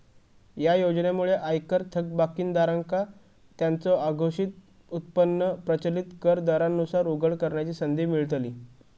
या योजनेमुळे आयकर थकबाकीदारांका त्यांचो अघोषित उत्पन्न प्रचलित कर दरांनुसार उघड करण्याची संधी मिळतली